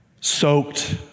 soaked